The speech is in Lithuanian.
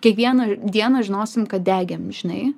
kiekvieną dieną žinosim kad degėm žinai